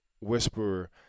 whisperer